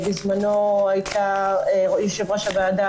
בזמנו הייתה יושבת-ראש הוועדה,